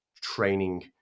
training